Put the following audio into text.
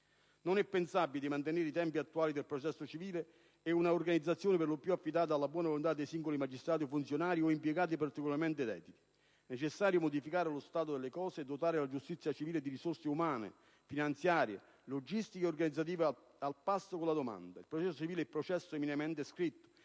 Non è pensabile mantenere i tempi attuali del processo civile e una organizzazione per lo più affidata alla buona volontà di singoli magistrati e funzionari o impiegati particolarmente dediti; è necessario modificare lo stato delle cose e dotare la giustizia civile di risorse umane, finanziarie, logistiche e organizzative al passo con la domanda. Il processo civile è processo eminentemente scritto